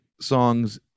songs